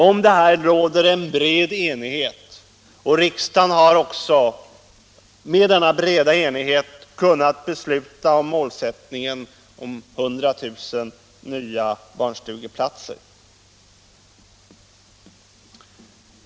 Om detta råder en bred enighet. Riksdagen har också med bred enighet kunnat besluta om målsättningen 100 000 nya barnstugeplatser.